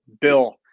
Bill